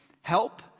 help